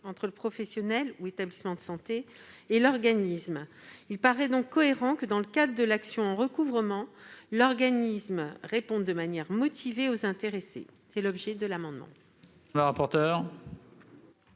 entre le professionnel ou l'établissement de santé et l'organisme. Il paraît donc cohérent que, dans le cadre de l'action en recouvrement, l'organisme réponde de manière motivée aux intéressés. Tel est l'objet de cet amendement. Quel